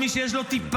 מה זה קשור?